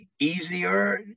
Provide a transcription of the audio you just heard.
easier